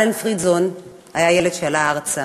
אלן פרידזון היה ילד כשעלה ארצה